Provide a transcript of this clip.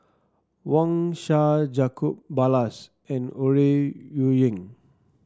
Wang Sha Jacob Ballas and Ore Huiying